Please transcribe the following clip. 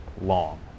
long